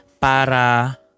para